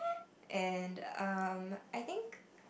and um I think